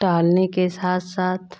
टहलने के साथ साथ